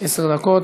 עשר דקות.